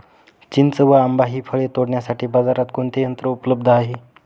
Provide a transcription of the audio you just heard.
चिंच व आंबा हि फळे तोडण्यासाठी बाजारात कोणते यंत्र उपलब्ध आहे?